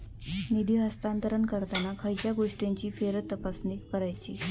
निधी हस्तांतरण करताना खयच्या गोष्टींची फेरतपासणी करायची?